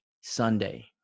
Sunday